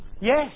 yes